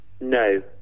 No